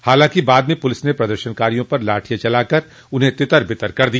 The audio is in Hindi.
हालांकि बाद में पुलिस ने प्रदर्शनकारियों पर लाठियां चला कर तितर बितर कर दिया